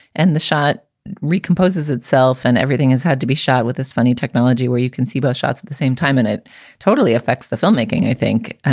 and the shot recompose itself. and everything has had to be shot with this funny technology where you can see both shots at the same time. and it totally affects the filmmaking, i think,